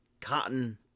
cotton